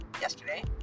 yesterday